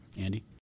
Andy